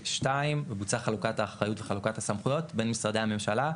בוצעה חלוקת האחריות וחלוקת הסמכויות בין משרדי הממשלה,